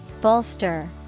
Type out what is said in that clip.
Bolster